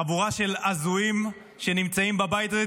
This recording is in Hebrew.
חבורה של הזויים נמצאים בבית הזה.